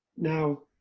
now